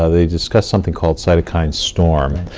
ah they discussed something called cytokine storm,